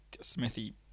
Smithy